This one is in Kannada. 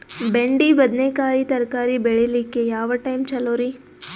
ಬೆಂಡಿ ಬದನೆಕಾಯಿ ತರಕಾರಿ ಬೇಳಿಲಿಕ್ಕೆ ಯಾವ ಟೈಮ್ ಚಲೋರಿ?